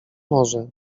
może